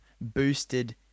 boosted